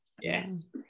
Yes